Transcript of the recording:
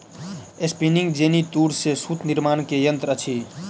spinning jenny तूर से सूत निर्माण के यंत्र अछि